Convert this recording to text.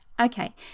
Okay